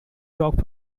talked